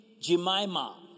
Jemima